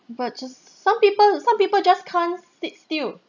but just some people some people just can't sit still